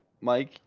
Mike